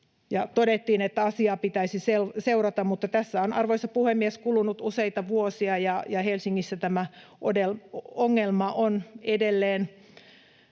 Todettiin, että asiaa pitäisi seurata, mutta tässä on, arvoisa puhemies, kulunut useita vuosia, ja Helsingissä tämä ongelma on edelleen.